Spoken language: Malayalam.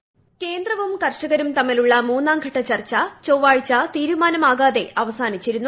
വോയ്സ് കേന്ദ്രവും കർഷകരും തമ്മിലുള്ള മൂന്നാംഘട്ട ചർച്ച ചൊവ്വാഴ്ച തീരുമാനമാകാതെ അവസാനിച്ചിരുന്നു